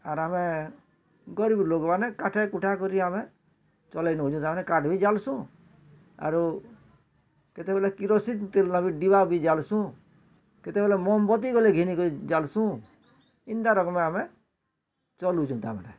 ଆର୍ ଆମେ ଗରିବ ଲୋକମାନେ କାଠ କୁଟା କରି ଆମେ ଚଲେଇ ନଉଛୁଁ ତା ମାନେ କାଠ ବି ଜାଲୁସୁଁ ଆରୁ କେତେବେଲେ କିରୋସିନ୍ ତେଲ ଡିବା ବି ଜାଳୁସୁଁ କେତେବେଳେ ମହମବତୀ ଗଲେ ଘିନି କରି ଜାଳୁସୁଁ ଇନ୍ତା ରକମେ ଆମେ ଚଲୁଛୁ ତାମାନେ